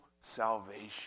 salvation